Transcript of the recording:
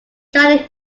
joined